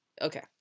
okay